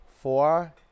Four